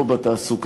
הסברים.